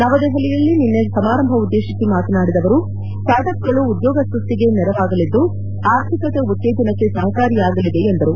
ನವದೆಹಲಿಯಲ್ಲಿ ನಿನ್ನೆ ಸಮಾರಂಭವನ್ನುದ್ಗೇಶಿಸಿ ಮಾತನಾಡಿದ ಅವರು ಸ್ಪಾರ್ಟ್ ಅಪ್ಗಳು ಉದ್ಯೋಗ ಸ್ಪಷ್ಟಿಗೆ ನೆರವಾಗಲಿದ್ದು ಆರ್ಥಿಕತೆ ಉತ್ತೇಜನಕ್ಕೆ ಸಹಕಾರಿಯಾಗಲಿದೆ ಎಂದರು